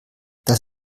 das